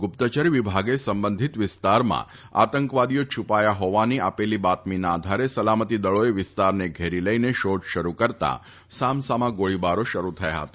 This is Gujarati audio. ગુપ્તચર વિભાગે સંબંધિત વિસ્તારમાં આતંકવાદીઓ છુપાયા હોવાની આપેલી બાતમીના આધારે સલામતી દળોએ વિસ્તારને ઘેરી લઇને શોધ શરૂ કરતા સામ સામા ગોળીબારો શરૂ થયા હતા